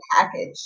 package